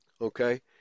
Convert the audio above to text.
Okay